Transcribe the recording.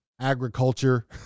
agriculture